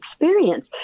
experience